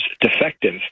defective